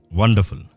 Wonderful